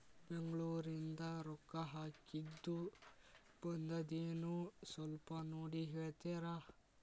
ಬೆಂಗ್ಳೂರಿಂದ ರೊಕ್ಕ ಹಾಕ್ಕಿದ್ದು ಬಂದದೇನೊ ಸ್ವಲ್ಪ ನೋಡಿ ಹೇಳ್ತೇರ?